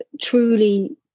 truly